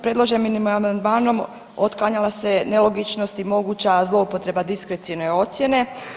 Predloženim amandmanom otklanjala se nelogičnost i moguća zloupotreba diskrecione ocjene.